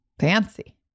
Fancy